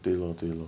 对 lor 对 lor